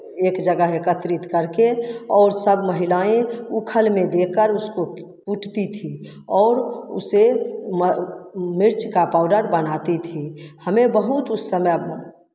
एक जगह एकत्रित करके और सब महिलाएँ ऊखल में देकर उसको कूटती थी और उसे मिर्च का पाउडर बनाती थी हमें बहुत उस समय